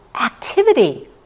activity